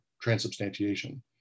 transubstantiation